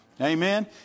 Amen